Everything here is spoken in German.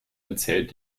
erzählt